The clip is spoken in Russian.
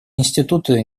институты